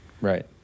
Right